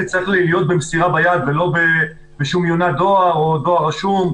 זה צריך להיות במסירה ביד ולא בשום יונת דואר או בדואר רשום.